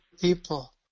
people